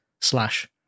slash